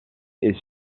est